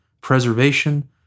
preservation